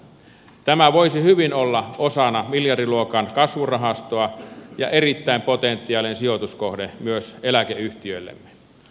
tämä voisi hyvin olla osana miljardiluokan kasvurahastoa ja erittäin potentiaalinen sijoituskohde myös eläkeyhtiöillemme